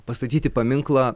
pastatyti paminklą